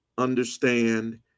understand